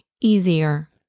easier